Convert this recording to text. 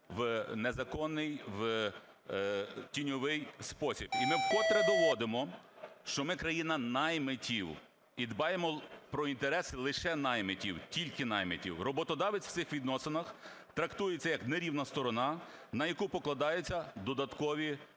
в незаконний, в тіньовий спосіб. І ми вкотре доводимо, що ми країна наймитів і дбаємо про інтереси лише наймитів, тільки наймитів. Роботодавець у цих відносинах трактується як нерівна сторона, на яку покладаються додаткові витрати.